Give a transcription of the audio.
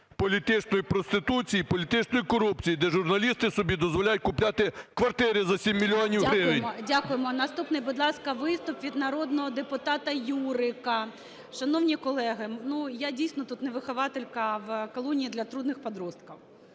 політичної проституції і політичної корупції, де журналісти собі дозволяють купляти квартири за 7 мільйонів гривень. ГОЛОВУЮЧИЙ. Дякуємо, дякуємо. Наступний, будь ласка, виступ від народного депутата Юрика. Шановні колеги, я, дійсно, тут не вихователька в колонії для трудных подростков.